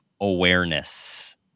awareness